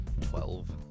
twelve